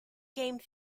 game